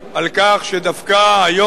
על כך שדווקא היום,